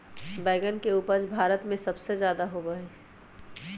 बैंगन के उपज भारत में सबसे ज्यादा होबा हई